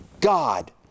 God